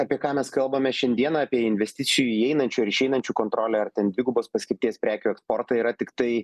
apie ką mes kalbame šiandieną apie investicijų įeinančių ar išeinančių kontrolę ar ten dvigubos paskirties prekių eksportą yra tiktai